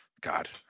God